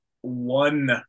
one